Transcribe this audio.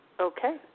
Okay